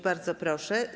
Bardzo proszę.